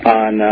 on